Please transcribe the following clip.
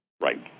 Right